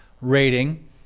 rating